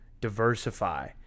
diversify